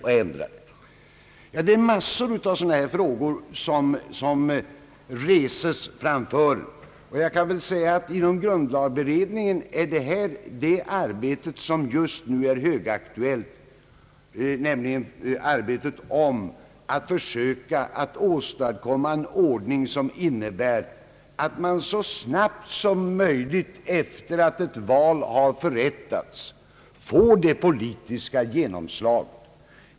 Det är en mängd sådana frågor som reses. Inom grundlagberedningen är det just nu högaktuellt att försöka åstadkomma en ordning som innebär att man så snabbt som möjligt efter det att ett val förrättats får det politiska genomslaget.